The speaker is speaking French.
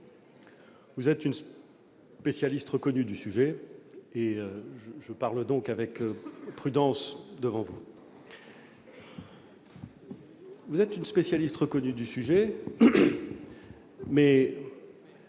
Vous êtes une spécialiste reconnue du sujet ;